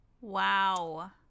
Wow